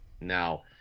now